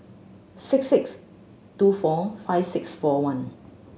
six six two four five six four one